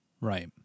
Right